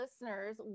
listeners